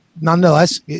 nonetheless